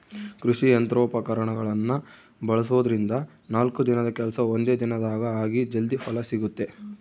ಕೃಷಿ ಯಂತ್ರೋಪಕರಣಗಳನ್ನ ಬಳಸೋದ್ರಿಂದ ನಾಲ್ಕು ದಿನದ ಕೆಲ್ಸ ಒಂದೇ ದಿನದಾಗ ಆಗಿ ಜಲ್ದಿ ಫಲ ಸಿಗುತ್ತೆ